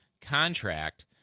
Contract